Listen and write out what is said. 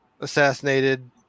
assassinated